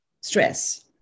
stress